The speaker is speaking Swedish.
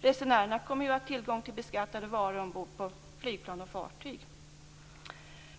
Resenärerna kommer ju att ha tillgång till beskattade varor ombord på flygplan och fartyg.